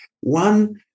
One